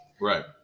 Right